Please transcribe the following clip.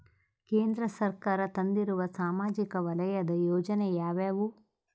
ಕೇಂದ್ರ ಸರ್ಕಾರ ತಂದಿರುವ ಸಾಮಾಜಿಕ ವಲಯದ ಯೋಜನೆ ಯಾವ್ಯಾವು?